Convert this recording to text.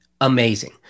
amazing